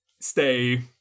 stay